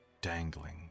dangling